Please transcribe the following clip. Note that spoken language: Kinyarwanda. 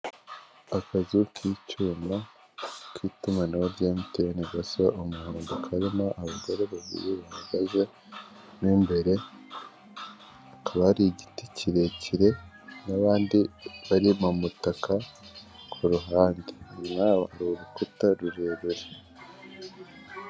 Akazu k'icyuma k'itumanaho rya MTN gasa umuhondo, karimo abagore babiri bahagaze mo imbere, hakaba hari igiti kirekire n'abandi bari mu mutaka ku ruhande. Inyuma yabo hari urukuta rurerure.